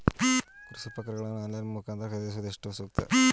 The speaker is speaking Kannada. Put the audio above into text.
ಕೃಷಿ ಉಪಕರಣಗಳನ್ನು ಆನ್ಲೈನ್ ಮುಖಾಂತರ ಖರೀದಿಸುವುದು ಎಷ್ಟು ಸೂಕ್ತ?